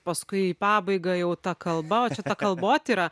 paskui į pabaigą jau ta kalba o čia ta kalbotyra